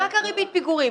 רק על ריבית פיגורים.